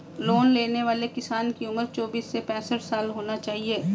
loan लेने वाले किसान की उम्र चौबीस से पैंसठ साल होना चाहिए